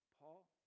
Paul